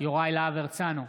יוראי להב הרצנו,